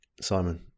Simon